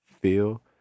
feel